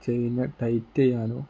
chain tight ചെയ്യാനോ